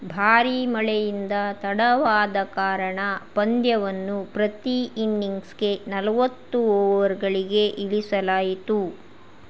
ಭಾರೀ ಮಳೆಯಿಂದ ತಡವಾದ ಕಾರಣ ಪಂದ್ಯವನ್ನು ಪ್ರತಿ ಇನಿಂಗ್ಸ್ಗೆ ನಲವತ್ತು ಓವರ್ಗಳಿಗೆ ಇಳಿಸಲಾಯಿತು